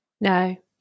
No